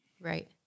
Right